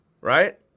Right